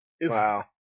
wow